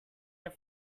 your